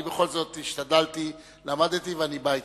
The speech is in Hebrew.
אני בכל זאת השתדלתי ועמדתי, ואני בא אתך.